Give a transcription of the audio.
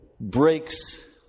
breaks